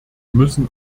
müssen